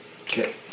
Okay